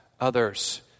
others